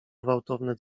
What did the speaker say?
gwałtowne